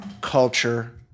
culture